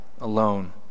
alone